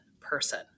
person